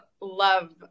love